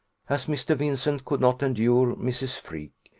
as mr. vincent could not endure mrs. freke,